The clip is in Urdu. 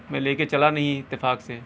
میں لے کے چلا نہیں اتفاق سے